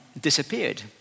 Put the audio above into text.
disappeared